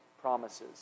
promises